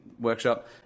workshop